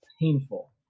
painful